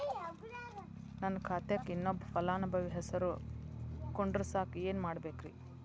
ನನ್ನ ಖಾತೆಕ್ ಇನ್ನೊಬ್ಬ ಫಲಾನುಭವಿ ಹೆಸರು ಕುಂಡರಸಾಕ ಏನ್ ಮಾಡ್ಬೇಕ್ರಿ?